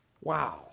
Wow